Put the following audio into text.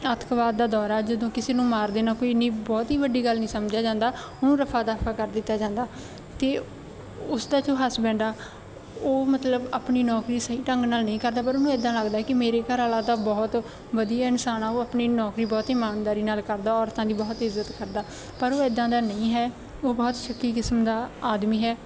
ਆਤੰਕਵਾਦ ਦਾ ਦੌਰਾ ਜਦੋਂ ਕਿਸੇ ਨੂੰ ਮਾਰ ਦੇਣਾ ਕੋਈ ਇੰਨੀ ਬਹੁਤ ਹੀ ਵੱਡੀ ਗੱਲ ਨਹੀਂ ਸਮਝਿਆ ਜਾਂਦਾ ਉਹਨੂੰ ਰਫਾ ਦਫਾ ਕਰ ਦਿੱਤਾ ਜਾਂਦਾ ਅਤੇ ਉਸ ਦਾ ਜੋ ਹਸਬੈਂਡ ਆ ਉਹ ਮਤਲਬ ਆਪਣੀ ਨੌਕਰੀ ਸਹੀ ਢੰਗ ਨਾਲ ਨਹੀਂ ਕਰਦਾ ਪਰ ਉਹਨੂੰ ਇੱਦਾਂ ਲੱਗਦਾ ਕਿ ਮੇਰੇ ਘਰ ਵਾਲਾ ਤਾਂ ਬਹੁਤ ਵਧੀਆ ਇਨਸਾਨ ਆ ਉਹ ਆਪਣੀ ਨੌਕਰੀ ਬਹੁਤ ਹੀ ਇਮਾਨਦਾਰੀ ਨਾਲ ਕਰਦਾ ਔਰਤਾਂ ਦੀ ਬਹੁਤ ਇੱਜ਼ਤ ਕਰਦਾ ਪਰ ਉਹ ਇੱਦਾਂ ਦਾ ਨਹੀਂ ਹੈ ਉਹ ਬਹੁਤ ਸ਼ੱਕੀ ਕਿਸਮ ਦਾ ਆਦਮੀ ਹੈ